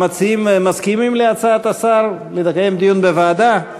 המציעים מסכימים להצעת השר לקיים דיון בוועדה?